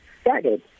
started